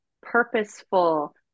purposeful